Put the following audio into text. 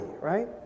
right